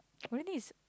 only thing is